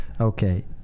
Okay